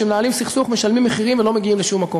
כשמנהלים סכסוך משלמים מחירים ולא מגיעים לשום מקום.